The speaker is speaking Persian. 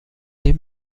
این